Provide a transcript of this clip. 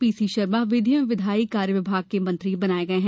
PC Sharma विधि एवं विधायी कार्य विभाग के मंत्री बनाये गये है